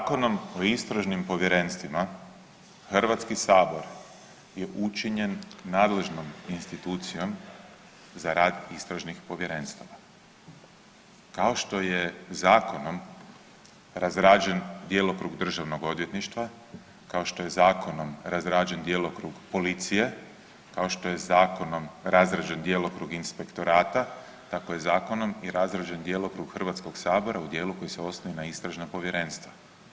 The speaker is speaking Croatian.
Zakonom o istražnim povjerenstvima Hrvatski sabor je učinjen nadležnom institucijom za rad istražnih povjerenstava kao što je zakonom razrađen djelokrug Državnog odvjetništva, kao što je zakonom razrađen djelokrug policije, kao što je zakonom razrađen djelokrug inspektorata tako je zakonom i razrađen djelokrug Hrvatskog sabora u dijelu kojem se osnuju istražna povjerenstva.